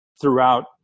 throughout